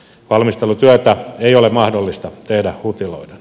valmistelutyötä ei ole mahdollista tehdä hutiloiden